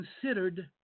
considered